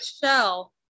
shell